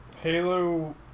Halo